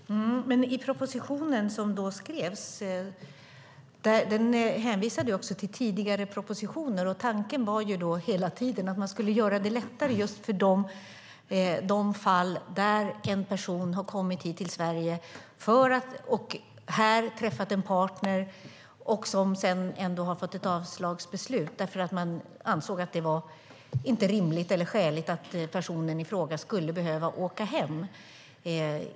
Fru talman! Men i propositionen som då skrevs hänvisades också till tidigare propositioner. Tanken var hela tiden att man i de fall där en person kommit till Sverige och här träffat en partner men sedan fått ett avslagsbeslut skulle göra det lättare, eftersom det inte i alla lägen är rimligt eller skäligt att personen i fråga ska behöva åka hem.